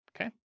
okay